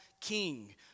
king